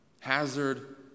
Hazard